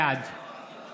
בעד